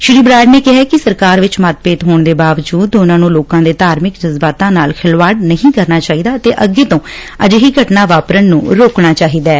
ਸ਼੍ਰੀ ਬਰਾੜ ਨੇ ਕਿਹਾ ਕਿ ਸਰਕਾਰਾਂ ਵਿੱਚ ਮਤਭੇਦ ਹੋਣ ਦੇ ਬਾਵਜੂਦ ਉਨ੍ਹਾਂ ਨੂੰ ਲੋਕਾਂ ਦੇ ਧਾਰਮਿਕ ਜਜਬਾਤਾਂ ਨਾਲ ਖਿਲਵਾੜ ਨਹੀ ਕਰਨਾ ਚਾਹੀਦਾ ਅਤੇ ਅੱਗੇ ਤੋਂ ਅਜਿਹੀ ਘਟਨਾ ਵਾਪਰਣ ਨੁੰ ਰੋਕਣਾ ਚਾਹੀਦਾ ਏ